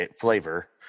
flavor